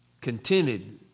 Contented